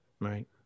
Right